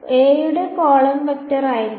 a യുടെ column vector ആയിരിക്കും